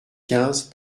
quinze